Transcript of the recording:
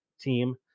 team